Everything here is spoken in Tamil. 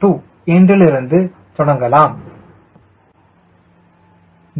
02 என்றிலிருந்து தொடங்கலாம்